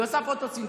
היא עושה פוטוסינתזה.